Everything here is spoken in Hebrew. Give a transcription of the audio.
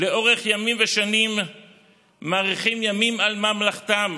לאורך ימים ושנים מאריכים ימים על ממלכתם,